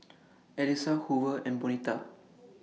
Elisa Hoover and Bonita